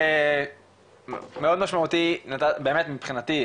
מאוד משמעותי באמת מבחינתי,